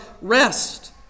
rest